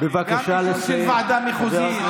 גם אישור של ועדה מחוזית,